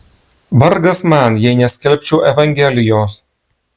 vargas man jei neskelbčiau evangelijos